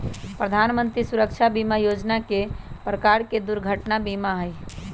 प्रधान मंत्री सुरक्षा बीमा योजना एक प्रकार के दुर्घटना बीमा हई